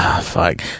Fuck